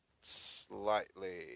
slightly